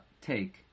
take